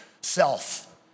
self